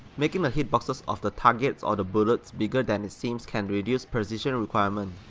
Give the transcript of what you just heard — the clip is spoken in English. making the hitboxes of the targets or the bullets bigger than it seems can reduce precision requirement,